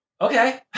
okay